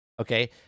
Okay